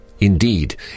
Indeed